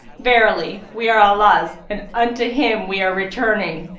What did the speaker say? verily, we are allah's and unto him we are returning.